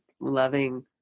loving